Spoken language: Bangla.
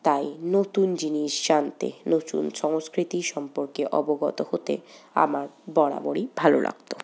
তাই নতুন জিনিস জানতে নতুন সংস্কৃতির সম্পর্কে অবগত হতে আমার বরাবরই ভালো লাগত